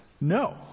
no